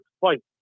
fight